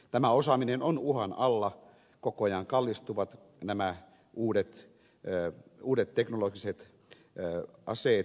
tämä osaaminen on uhan alla koko ajan kallistuvat nämä uudet teknologiset aseet